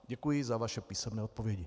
Děkuji za vaše písemné odpovědi.